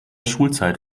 schulzeit